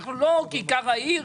אנחנו לא כיכר העיר.